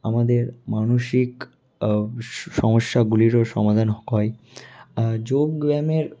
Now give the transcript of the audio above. আমাদের মানসিক সমস্যাগুলিরও সমাধান হয় যোগব্যায়ামের